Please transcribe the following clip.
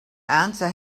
answer